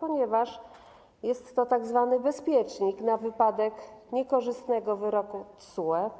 Ponieważ jest to tzw. bezpiecznik na wypadek niekorzystnego wyroku TSUE